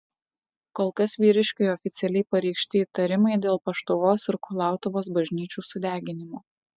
kol kas vyriškiui oficialiai pareikšti įtarimai dėl paštuvos ir kulautuvos bažnyčių sudeginimo